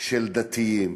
של דתיים